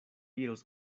iros